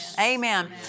Amen